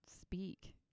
speak